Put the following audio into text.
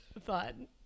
fun